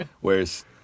whereas